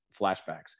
flashbacks